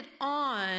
on